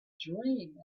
dream